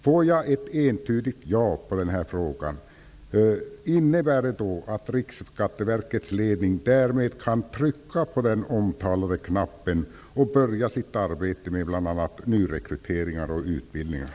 Om jag får ett entydigt ja som svar på frågan, innebär det att Riksskatteverkets ledning därmed kan trycka på den omtalade knappen och börja sitt arbete med bl.a. nyrekryteringar och utbildningar?